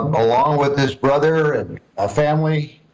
along with his brother and ah family,